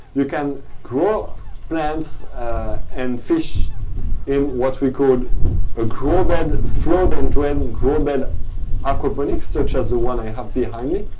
you can grow plants and fish in what we call a grow bed, flood and drain grow bed aquaponics, such as the one i have behind me.